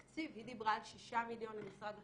התקציב, היא דיברה על 6 מיליון למשרד החינוך.